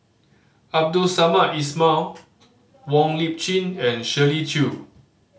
Abdul Samad Ismail Wong Lip Chin and Shirley Chew